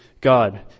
God